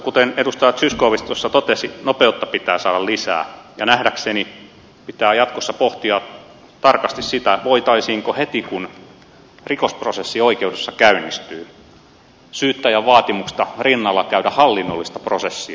kuten edustaja zyskowicz tuossa totesi nopeutta pitää saada lisää ja nähdäkseni pitää jatkossa pohtia tarkasti sitä voitaisiinko heti kun rikosprosessi oikeudessa käynnistyy syyttäjän vaatimuksesta rinnalla käydä hallinnollista prosessia